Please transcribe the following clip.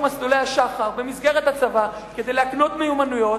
מסלולי שח"ר במסגרת הצבא כדי להקנות מיומנויות,